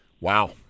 Wow